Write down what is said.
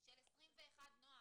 של 21 ימים